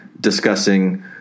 discussing